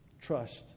trust